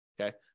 okay